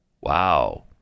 Wow